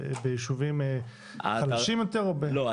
ביישובים חלשים יותר או --- לא.